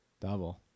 double